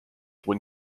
when